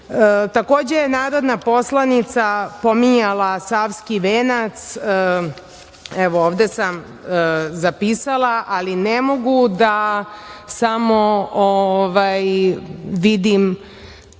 sud. Takođe je narodna poslanica pominjala Savski venac, evo, ovde sam zapisala, ali ne mogu da samo vidim